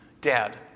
Dad